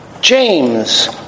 James